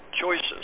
choices